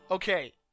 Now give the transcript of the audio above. Okay